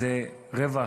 זה רבע,